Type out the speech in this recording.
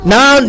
Now